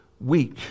weak